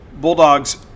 Bulldogs